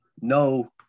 no